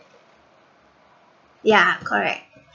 yeah correct